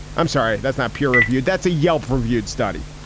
i'm sorry, that's not peer reviewed. that's a yelp reviewed study.